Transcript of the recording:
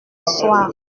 soir